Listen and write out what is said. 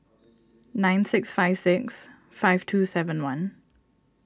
nine six five six five two seven one